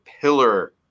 pillar